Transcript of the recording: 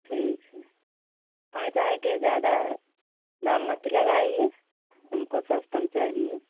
ठीक है आ जाएँगे ज़्यादा दाम मत लगाइए हमको सस्ता में चाहिए